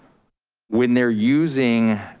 when they're using